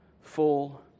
full